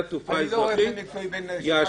אני לא רואה הבדל מקצועי בין --- רשות